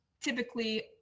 typically